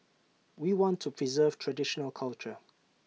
we want to preserve traditional culture